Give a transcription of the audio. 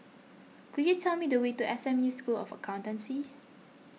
could you tell me the way to S M U School of Accountancy